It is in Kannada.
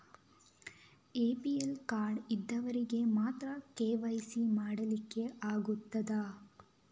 ಎ.ಪಿ.ಎಲ್ ಕಾರ್ಡ್ ಇದ್ದವರಿಗೆ ಮಾತ್ರ ಕೆ.ವೈ.ಸಿ ಮಾಡಲಿಕ್ಕೆ ಆಗುತ್ತದಾ?